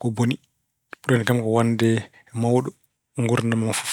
ko boni. Ɓurani kam ko wonde mawɗo nguurndam am fof.